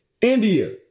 India